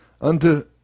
unto